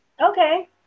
Okay